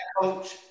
coach